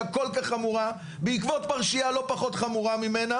כל-כך חמורה בעקבות פרשייה לא פחות חמורה ממנה.